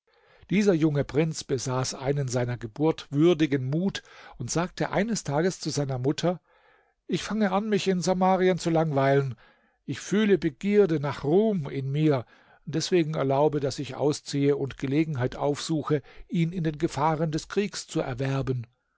dieser junge prinz besaß einen seiner geburt würdigen mut und sagte eines tages zu seiner mutter ich fange an mich in samarien zu langweilen ich fühle begierde nach ruhm in mir deswegen erlaube daß ich ausziehe und gelegenheit aufsuche ihn in den gefahren des kriegs zu erwerben